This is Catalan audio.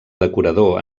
decorador